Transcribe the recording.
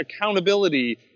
accountability